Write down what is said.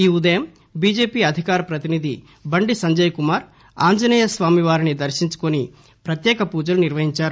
ఈ ఉదయం బిజేపి అదికార ప్రతినిధి బండి సంజయ్ కుమార్ ఆంజనేయ స్వామి వారిని దర్పించుకొని ప్రత్యేక పూజలు నిర్వహించారు